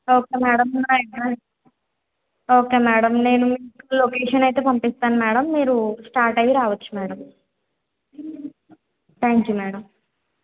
okay madam నా address okay madam నేను location అయితే పంపిస్తాను మేడం మీరు స్టార్ట్ అయ్యి రావచ్చు మేడం థ్యాంక్ యూ మేడం